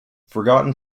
forgotten